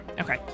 Okay